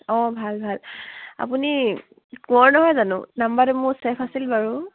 অঁ ভাল ভাল আপুনি কোঁৱৰ নহয় জানো নাম্বাৰটো মোৰ ছেভ আছিল বাৰু